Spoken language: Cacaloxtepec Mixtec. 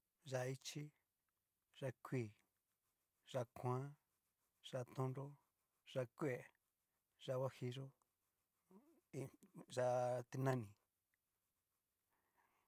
Yá'a ichi, yá'a kuii, yá'a koan. yá'a tonnró, yá'a kue, yá'a huajillo, hu iin yá'a ti'nani.